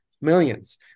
millions